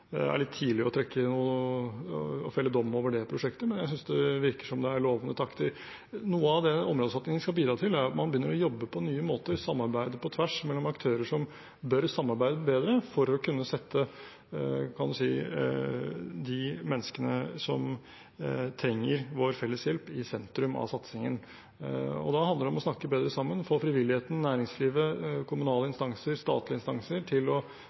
Det er litt tidlig å felle dom over det prosjektet, men jeg synes det virker som om det er lovende takter. Noe av det områdesatsingen skal bidra til, er at man begynner å jobbe på nye måter, samarbeide på tvers mellom aktører som bør samarbeide bedre, for å kunne sette de menneskene som trenger vår felles hjelp, i sentrum av satsingen. Da handler det om å snakke bedre sammen og få frivilligheten, næringslivet, kommunale instanser og statlige instanser til å